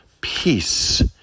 Peace